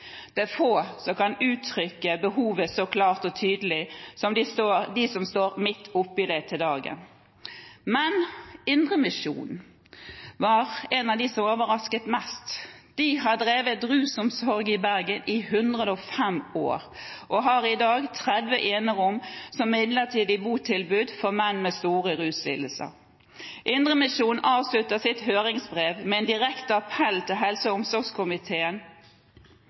Det er få som kan uttrykke behovet så klart og tydelig som dem som står midt oppe i det til daglig. Indremisjonen var en av dem som overrasket mest. De har drevet rusomsorg i Bergen i 105 år og har i dag 30 enerom som midlertidig botilbud for menn med store ruslidelser. Indremisjonen avsluttet sitt høringsbrev med en direkte appell til helse- og omsorgskomiteen